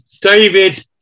david